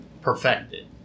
perfected